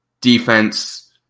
defense